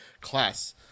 class